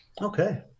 Okay